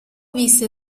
visse